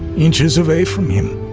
inches away from him